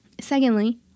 Secondly